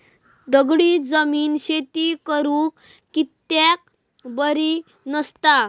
दगडी जमीन शेती करुक कित्याक बरी नसता?